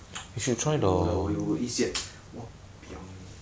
吵我我有一些 !wahpiang!